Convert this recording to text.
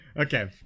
Okay